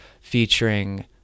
featuring